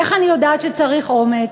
איך אני יודעת שצריך אומץ?